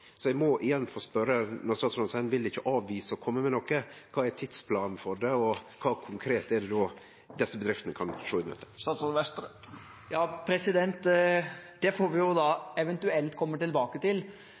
Eg må igjen spørje, når statsråden seier at han vil ikkje avvise å kome med noko: Kva er tidsplanen for det, og kva konkret er det då desse bedriftene kan sjå i møte? Det får vi da eventuelt komme tilbake til. Men som jeg sier til